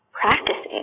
practicing